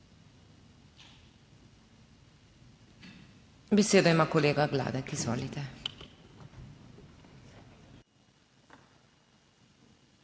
Besedo ima kolega Gladek, izvolite.